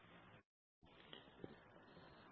PlP P P 1